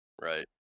Right